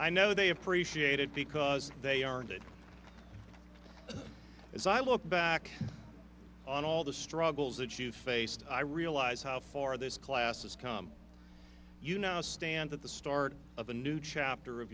i know they appreciate it because they aren't it as i look back on all the struggles that you faced i realize how far this class has come you know stand at the start of a new chapter of